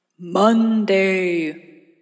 Monday